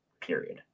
period